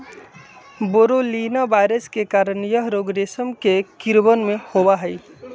बोरोलीना virus के कारण यह रोग रेशम के कीड़वन में होबा हई